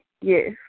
Yes